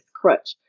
crutch